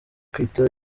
kwita